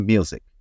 Music